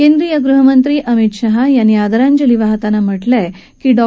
केंद्रीय गृहमंत्री अमित शहा यांनी आदरांजली वाहताना म्हटलंय की डॉ